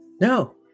No